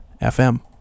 fm